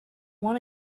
want